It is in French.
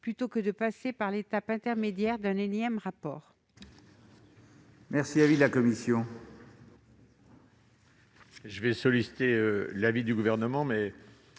plutôt que de passer par l'étape intermédiaire d'un énième rapport.